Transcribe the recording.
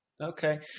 okay